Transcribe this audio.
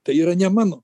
tai yra ne mano